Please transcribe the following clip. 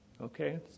Okay